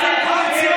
חבר הכנסת לפיד,